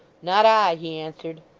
not i he answered.